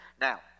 Now